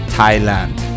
Thailand